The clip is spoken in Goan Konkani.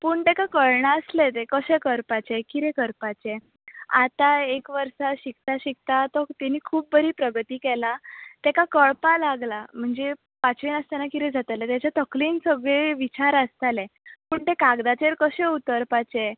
पूण ताका कळनासलें ते कशे करपाचे कितें करपाचें आतां एक वर्सा शिकता शिकतां तो ताणी खूब बरी प्रगती केलां ताका कळपाक लागलां म्हणजे पांचवेंत आसताना कितें जाताले ताच्या तकलेंत सगळे विचार आसताले पण ते कागदाचेर कशे उतरपाचे